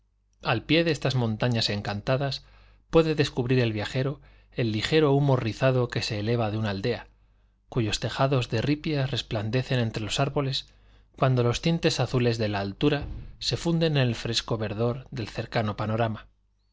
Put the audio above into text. al pie de estas montañas encantadas puede descubrir el viajero el ligero humo rizado que se eleva de una aldea cuyos tejados de ripia resplandecen entre los árboles cuando los tintes azules de la altura se funden en el fresco verdor del cercano panorama